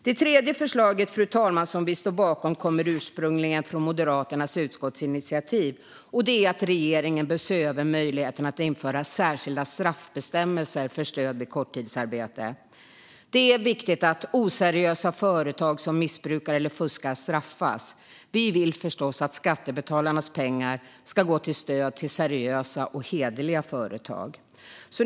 Det tredje förslaget, fru talman, som vi står bakom kommer ursprungligen från Moderaternas utskottsinitiativ, och det är att regeringen ska se över möjligheten att införa särskilda straffbestämmelser för stöd vid korttidsarbete. Det är viktigt att oseriösa företag som missbrukar eller fuskar straffas. Vi vill förstås att skattebetalarnas pengar ska gå till stöd till seriösa och hederliga företag.